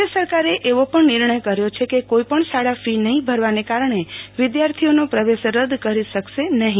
રાજ્ય સરકારે એવો પણ નિર્ણય કર્યો છે કે કોઈ પણ શાળા ફી નહિ ભરવાને કારણે વિધાર્થીઓનો પ્રવેશ રદ ડરી શકશે નહિ